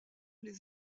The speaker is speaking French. les